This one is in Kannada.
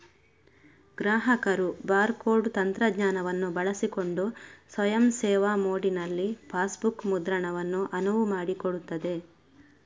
ಗ್ರಾಹಕರು ಬಾರ್ ಕೋಡ್ ತಂತ್ರಜ್ಞಾನವನ್ನು ಬಳಸಿಕೊಂಡು ಸ್ವಯಂ ಸೇವಾ ಮೋಡಿನಲ್ಲಿ ಪಾಸ್ಬುಕ್ ಮುದ್ರಣವನ್ನು ಅನುವು ಮಾಡಿಕೊಡುತ್ತದೆ